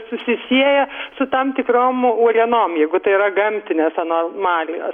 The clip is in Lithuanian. susisieja su tam tikrom uolienom jeigu tai yra gamtinės anomalijos